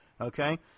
okay